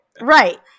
Right